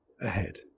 ahead